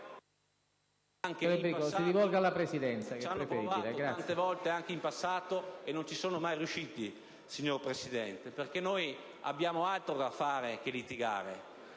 Lega divisa, ci hanno provato tante volte anche in passato e non ci sono mai riusciti, signor Presidente, perché noi abbiamo altro da fare che litigare,